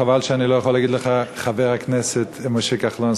חבל שאני לא יכול להגיד לך: חבר הכנסת משה כחלון,